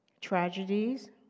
tragedies